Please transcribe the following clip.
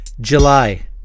July